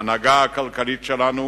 ההנהגה הכלכלית שלנו